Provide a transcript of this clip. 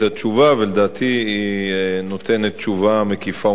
ולדעתי היא נותנת תשובה מקיפה ומפורטת.